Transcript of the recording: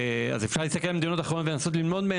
אפשר להסתכל על מדינות אחרות ולנסות ללמוד מהן,